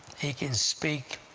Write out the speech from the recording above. he can speak